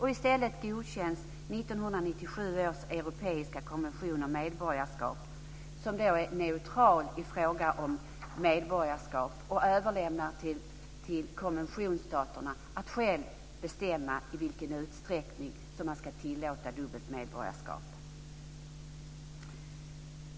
I stället godkänns 1997 års europeiska konvention om medborgarskap som är neutral i fråga om medborgarskap och som överlämnar till konventionsstaterna själva att bestämma i vilken utsträckning dubbelt medborgarskap ska tillåtas.